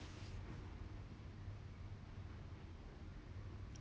okay